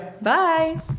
bye